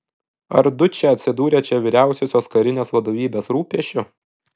ar dučė atsidūrė čia vyriausiosios karinės vadovybės rūpesčiu